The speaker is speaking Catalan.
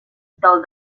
del